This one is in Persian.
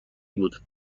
بود